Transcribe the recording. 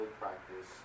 practice